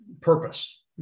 purpose